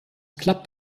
klappt